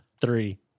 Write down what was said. three